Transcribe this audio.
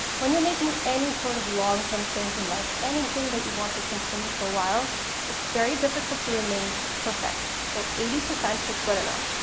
when you're making any sort of long-term change in life, anything that you want to continue for a while it's very difficult to remain perfect. so eighty percent is good enough.